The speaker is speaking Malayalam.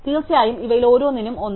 തീർച്ചയായും ഇവയിൽ ഓരോന്നിനും 1